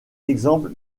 exemple